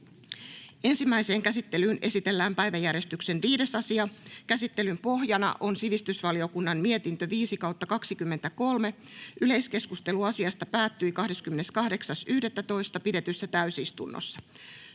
Ensimmäiseen käsittelyyn esitellään päiväjärjestyksen 5. asia. Käsittelyn pohjana on sivistysvaliokunnan mietintö SiVM 5/2023 vp. Yleiskeskustelu asiasta päättyi 28.11.2023 pidetyssä täysistunnossa.